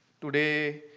Today